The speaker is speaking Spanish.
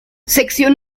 sección